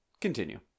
Continue